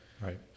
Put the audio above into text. right